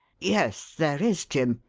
yes, there is, jim.